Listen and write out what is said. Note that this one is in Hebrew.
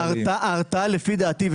ההרתעה לפי דעתי,